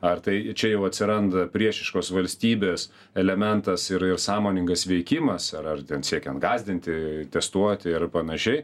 ar tai čia jau atsiranda priešiškos valstybės elementas ir ir sąmoningas veikimas ar ar ten siekiant gąsdinti testuoti ir panašiai